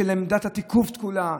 של עמדת תיקוף תקולה,